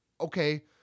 Okay